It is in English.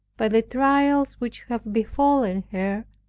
by the trials which have befallen her,